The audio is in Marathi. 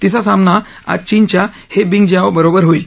तिचा सामना आज चीनच्या हे बिंगजियाओ बरोबर होईल